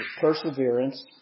perseverance